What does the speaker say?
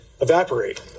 evaporate